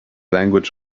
language